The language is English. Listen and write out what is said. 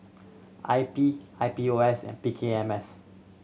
I P I P O S and P K M S